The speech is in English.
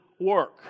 work